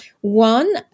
One